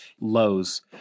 lows